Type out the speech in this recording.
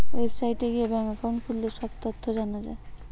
ওয়েবসাইটে গিয়ে bank account খুললে সব তথ্য জানা যায়